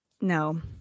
No